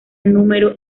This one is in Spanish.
número